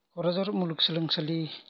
क'क्राझार मुलुगसोलोंसालि